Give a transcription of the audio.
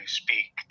speak